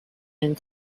and